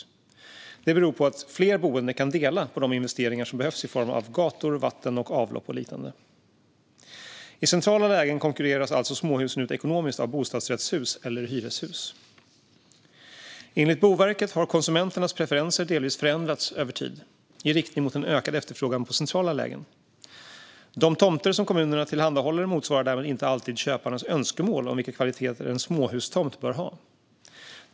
Detta beror på att fler boende kan dela på de investeringar som behövs i form av gator, vatten, avlopp och liknande. I centrala lägen konkurreras alltså småhusen ut ekonomiskt av bostadsrättshus eller hyreshus. Enligt Boverket har konsumenternas preferenser delvis förändrats över tid i riktning mot en ökad efterfrågan på centrala lägen. De tomter som kommunerna tillhandahåller motsvarar därmed inte alltid köparnas önskemål om vilka kvaliteter en småhustomt bör ha.